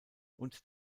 und